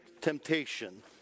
temptation